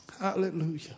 Hallelujah